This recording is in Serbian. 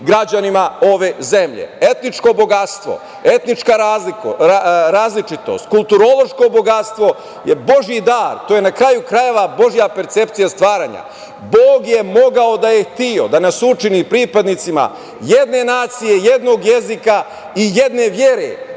građanima ove zemlje. Etničko bogatstvo, etnička različitost, kulturološko bogatstvo je božiji dar, to je na kraju krajeva božja percepcija stvaranja. Bog je mogao da je hteo, da nas učini pripadnicima jedne nacije, jednog jezika i jedne vere.